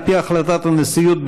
על פי החלטת הנשיאות,